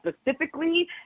specifically